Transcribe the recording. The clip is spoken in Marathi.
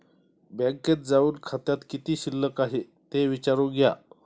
बँकेत जाऊन खात्यात किती शिल्लक आहे ते विचारून घ्या